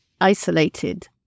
isolated